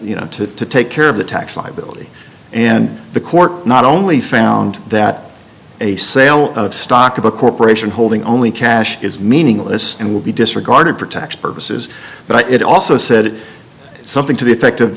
you know to take care of the tax liability and the court not only found that a sale of stock of a corporation holding only cash is meaningless and will be disregarded for tax purposes but it also said something to the effect of